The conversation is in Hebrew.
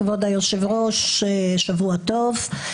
כבוד היושב-ראש, שבוע טוב.